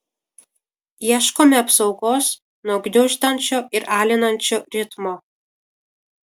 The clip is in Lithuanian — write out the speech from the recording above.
ieškome apsaugos nuo gniuždančio ir alinančio ritmo